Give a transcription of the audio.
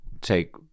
take